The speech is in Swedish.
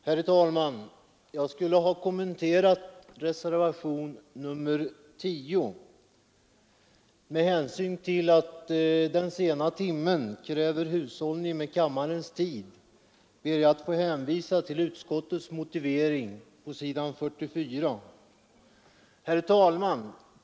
Herr talman! Jag skulle ha kommenterat reservationen 10. Med hänsyn till att den sena timmen kräver hushållning med kammarens tid ber jag att få hänvisa till utskottets motivering på s. 44. Herr talman!